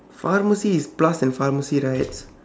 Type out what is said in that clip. pharmacy is plus and pharmacy right